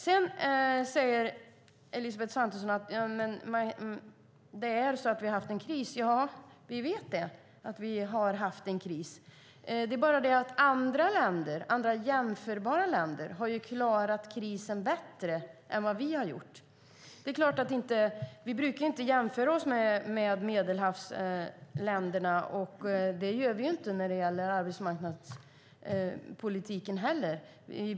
Sedan säger Elisabeth Svantesson att det är så att vi har haft en kris. Ja, vi vet att vi har haft en kris. Det är bara det att andra, jämförbara länder har klarat krisen bättre än vi har gjort. Vi brukar inte jämföra oss med Medelhavsländerna, och det gör vi heller inte när det gäller arbetsmarknadspolitiken.